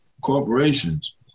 corporations